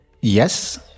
yes